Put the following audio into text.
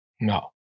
No